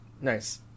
Nice